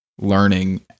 learning